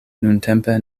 nuntempe